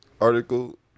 article